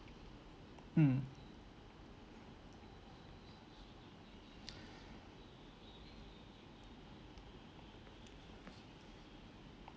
mm